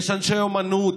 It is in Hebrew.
יש אנשי אומנות,